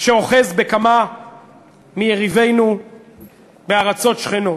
שאוחז בכמה מיריבינו בארצות שכנות.